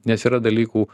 nes yra dalykų